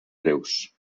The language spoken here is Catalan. greus